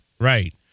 Right